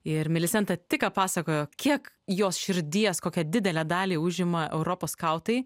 ir milisenta tik ką pasakojo kiek jos širdies kokią didelę dalį užima europos skautai